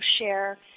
share